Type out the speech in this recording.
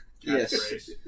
Yes